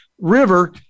river